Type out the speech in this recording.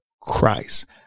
Christ